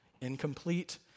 incomplete